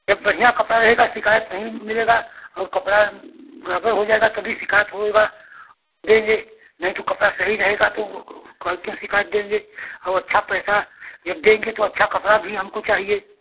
जब बढ़िया कपड़ा रहेगा शिकायत नहीं मिलेगा और कपड़ा गड़बड़ हो जाएगा तभी शिकायत होगा देंगे नहीं तो कपड़ा सही रहेगा तो तो क्यों शिकायत देंगे और अच्छा पैसा जब देंगे तो अच्छा कपड़ा भी हमको चाहिए